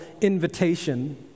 invitation